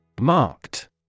Marked